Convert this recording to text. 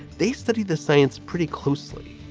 they study the science pretty closely.